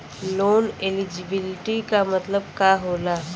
Loan eligibility का मतलब का होला?